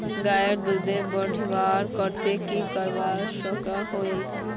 गायेर दूध बढ़वार केते की करवा सकोहो ही?